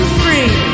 free